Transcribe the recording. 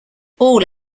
all